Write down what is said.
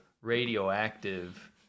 radioactive